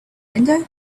window